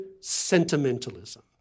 sentimentalism